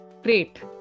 great